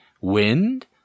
wind